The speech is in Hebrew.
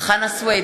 חנא סוייד,